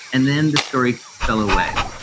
and then the story fell away.